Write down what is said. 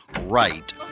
right